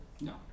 No